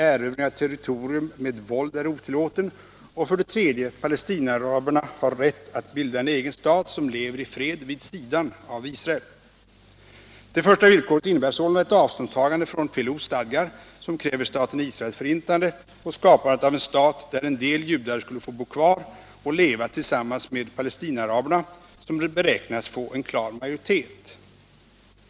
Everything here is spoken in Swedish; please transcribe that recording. Erövring av territorium med våld är otillåten. 3. Palestinaaraberna har rätt att bilda en egen stat som lever i fred vid sidan av Israel. Det första villkoret innebär sålunda ett avståndstagande från PLO:s stadgar, som kräver staten Israels förintande och skapandet av en stat där en del judar skulle få bo kvar och leva tillsammans med Palestinaaraberna, som beräknas få en klar majoritet.